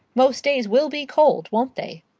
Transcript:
most days will be cold, won't they?